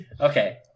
Okay